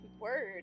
Word